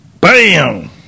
BAM